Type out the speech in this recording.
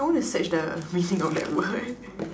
I want to search the meaning of that word